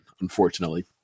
unfortunately